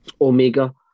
Omega